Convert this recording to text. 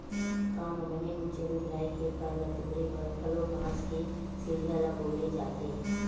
गाँव म बने उच्च रूख राई के फर ल तोरे बर घलोक बांस के सिड़िया ल बउरे जाथे